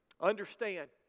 Understand